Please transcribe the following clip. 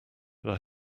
but